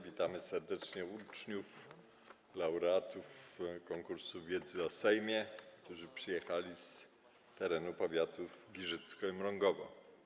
Witam serdecznie uczniów, laureatów konkursu wiedzy o Sejmie, którzy przyjechali z terenu powiatów giżyckiego i mrągowskiego.